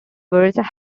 rivers